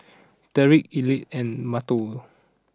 Tyrik Ethelyn and Mateo